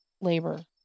labor